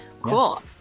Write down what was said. Cool